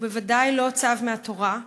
הוא בוודאי לא צו מהתורה,